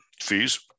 fees